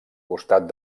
costat